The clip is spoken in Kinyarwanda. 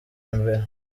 imbere